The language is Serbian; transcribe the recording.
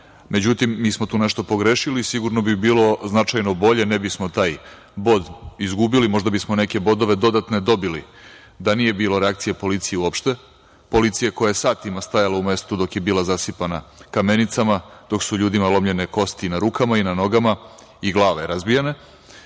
Međutim, mi smo tu nešto pogrešili. Sigurno bi bilo značajno bolje, ne bismo taj bod izgubili, možda bismo neke bodove dodatne dobili da nije bilo reakcije policije uopšte, policije koja je satima stajala u mestu dok je bila zasipana kamenicama, dok su ljudima lomljene kosti i na rukama i na nogama i glave razbijane.